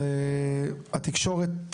והתקשורת